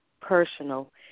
personal